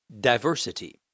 Diversity